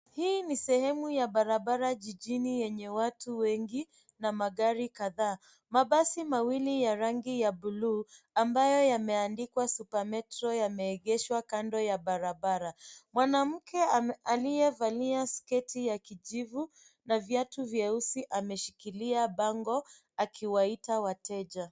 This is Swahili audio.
Hii ni sehemu ya barabara jijini, yenye watu wengi, na magari kadhaa. Mabasi mawili ya rangi ya blue , ambayo yameandikwa super metro , yameegeshwa kando ya barabara. Mwanamke ame, aliyevalia sketi ya kijivu, na viatu vyeusi, ameshikilia bango, akiwaita wateja.